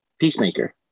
Peacemaker